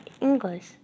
English